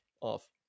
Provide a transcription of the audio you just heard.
off